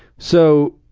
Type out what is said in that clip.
so